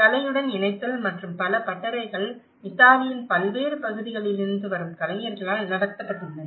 கலையுடன் இணைத்தல் மற்றும் பல பட்டறைகள் இத்தாலியின் பல்வேறு பகுதிகளிலிருந்து வரும் கலைஞர்களால் நடத்தப்பட்டுள்ளன